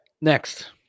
next